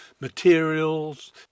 materials